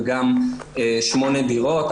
וגם שמונה דירות.